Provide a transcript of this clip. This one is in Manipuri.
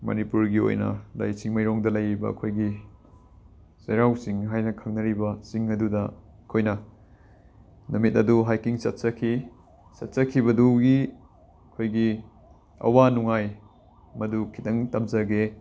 ꯃꯅꯤꯄꯨꯔꯒꯤ ꯑꯣꯏꯅ ꯂꯩ ꯆꯤꯡꯃꯩꯔꯣꯡꯗ ꯂꯩꯔꯤꯕ ꯑꯩꯈꯣꯏꯒꯤ ꯆꯩꯔꯥꯎꯆꯤꯡ ꯍꯥꯏꯅ ꯈꯪꯅꯔꯤꯕ ꯆꯤꯡ ꯑꯗꯨꯗ ꯑꯩꯈꯣꯏꯅ ꯅꯨꯄꯤꯠ ꯑꯗꯨ ꯍꯥꯏꯀꯤꯡ ꯆꯠꯆꯈꯤ ꯆꯠꯆꯈꯤꯕꯗꯨꯒꯤ ꯑꯩꯈꯣꯏꯒꯤ ꯑꯋꯥ ꯅꯨꯡꯉꯥꯏ ꯃꯗꯨ ꯈꯤꯛꯇꯪ ꯇꯝꯖꯒꯦ